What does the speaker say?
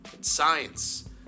science